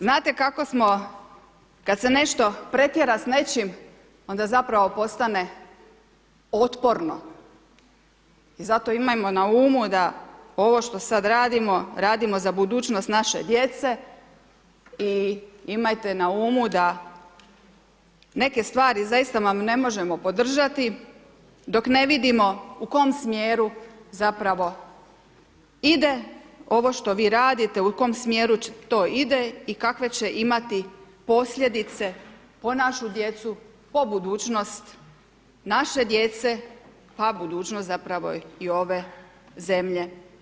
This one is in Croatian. Znate kako smo, kad se nešto pretjera s nečim, onda zapravo postane otporno i zato imajmo na umu da ovo što sad radimo, radimo za budućnost naše djece i imajte na umu da neke stvari zaista vam ne možemo podržati, dok ne vidimo u kom smjeru zapravo ide ovo što vi radite, u kom smjeru to ide i kakve će imati posljedice po našu djecu, po budućnost naše djece, pa budućnost zapravo i ove zemlje.